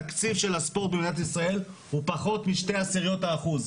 התקציב של הספורט במדינת ישראל הוא פחות משתי עשיריות האחוז.